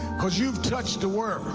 because you've touched the world.